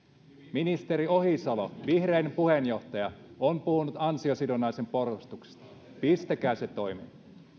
ministeri ohisalo vihreiden puheenjohtaja on puhunut ansiosidonnaisen porrastuksesta pistäkää se toimeen